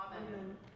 Amen